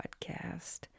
Podcast